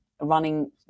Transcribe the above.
running